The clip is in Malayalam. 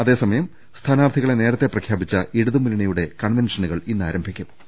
അതേസമയം സ്ഥാനാർത്ഥികളെ നേരത്തെ പ്രഖ്യാപിച്ച ഇടത് മുന്നണിയുടെ കൺവെൻഷനുകൾ ഇന്നാരംഭിക്കും